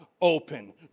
open